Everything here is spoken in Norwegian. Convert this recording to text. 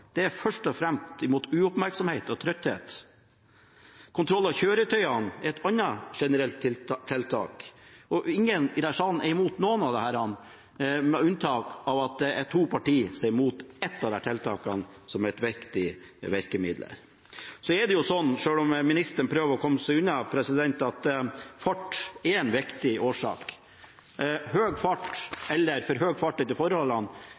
tiltak, er først og fremst mot uoppmerksomhet og trøtthet. Kontroll av kjøretøyene er et annet generelt tiltak. Ingen i denne salen er imot noen av disse tiltakene, med unntak av at to partier er imot ett av de tiltakene som er et viktig virkemiddel. Selv om ministeren forsøker å komme seg unna det, er fart en viktig årsak. Høy fart, eller for høy fart etter forholdene,